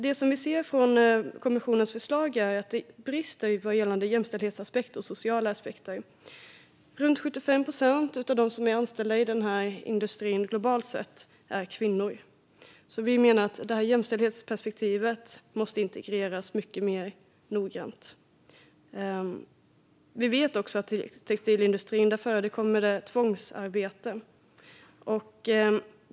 Vi anser att kommissionens förslag brister vad gäller jämställdhetsaspekten och sociala aspekter. Runt 75 procent av dem som är anställda i denna industri globalt sett är kvinnor. Vi menar därför att jämställdhetsperspektivet måste integreras mycket mer noggrant. Vi vet också att det i textilindustrin förekommer tvångsarbete.